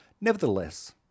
Nevertheless